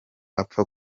apfa